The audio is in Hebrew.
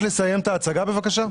בבקשה?